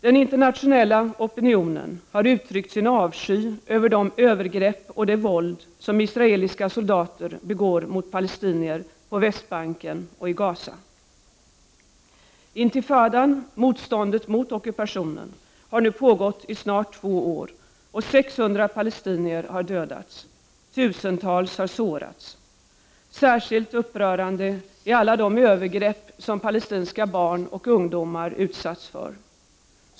Den internationella opinionen har uttryckt sin avsky över de övergrepp och det våld som israeliska soldater begår mot palestinier på Västbanken och i Gaza. Intifadan, motståndet mot ockupationen, har nu pågått i snart två år och 600 palestinier har dödats. Tusentals har sårats. Särskilt upprörande är alla de övergrepp som palestinska barn och ungdomar utsatts för.